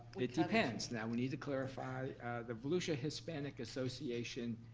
it depends. now we need to clarify the volusia hispanic association.